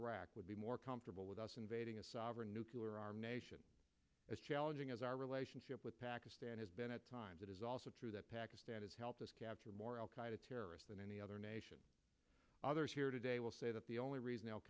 iraq would be more comfortable with us invading a sovereign nuclear armed nation as challenging as our relationship with pakistan has been at times it is also true that pakistan has helped us capture more al qaeda terrorists than any other nation others here today will say that the only reason al